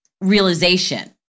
realization